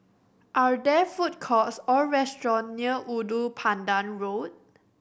are there food courts or restaurants near Ulu Pandan Road